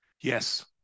Yes